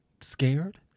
scared